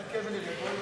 נחכה ונראה.